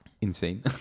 insane